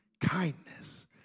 kindness